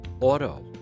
auto